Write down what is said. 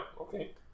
okay